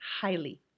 highly